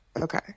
Okay